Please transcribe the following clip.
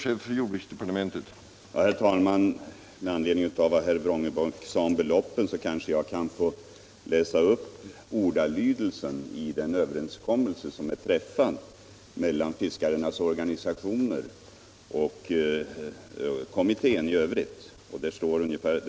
Herr talman! Med anledning av vad herr Johansson i Vrångebäck sade om beloppen kanske jag kan få läsa upp en del av ordalydelsen i den överenskommelse som träffats mellan företrädare för fiskarnas organisationer och kommitténs ledamöter i övrigt.